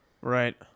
Right